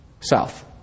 south